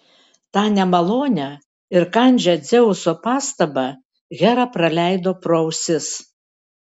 tą nemalonią ir kandžią dzeuso pastabą hera praleido pro ausis